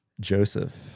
Joseph